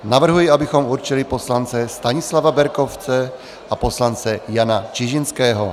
Navrhuji, abychom určili poslance Stanislava Berkovce a poslance Jana Čižinského.